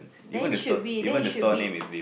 then should be then it should be